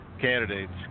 candidates